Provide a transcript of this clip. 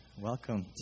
Welcome